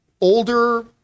older